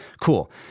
cool